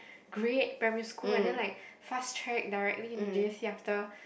great primary school and then like fast track directly into J_C after